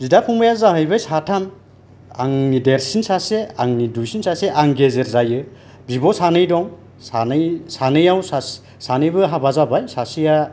बिदा फंबाइआ जाहैबाय साथाम आंनि देरसिन सासे आंनि दुइसिन सासे आं गेजेर जायो बिब' सानै दं सानै सानैआव सानैबो हाबा जाबाय सासेआ